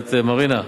גברת מרינה,